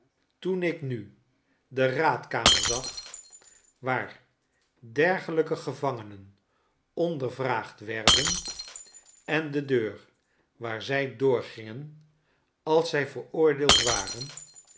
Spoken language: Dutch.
toen ik nu de raadkamer zag waar dergelijke gevangenen ondervraagd werden en de deur waar zij doorgingen als zij veroordeeld waren